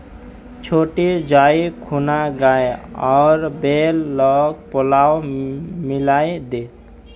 छोटी जाइ खूना गाय आर बैल लाक पुआल मिलइ दे